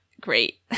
great